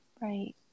right